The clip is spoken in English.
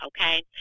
okay